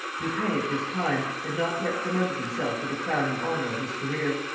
lupin, at this time, had not yet promoted himself to the crowning honour of his career,